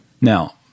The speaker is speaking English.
Now